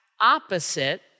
opposite